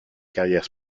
carrière